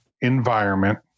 environment